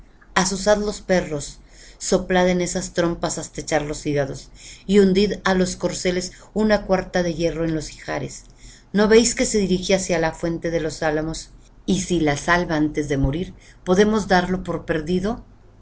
carrascas azuzad los perros soplad en esas trompas hasta echar los hígados y hundidle á los corceles una cuarta de hierro en los ijares no véis que se dirige hacia la fuente de los álamos y si la salva antes de morir podemos darle por perdido